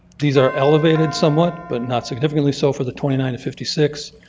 these are elevated somewhat, but not significantly. so for the twenty nine fifty six,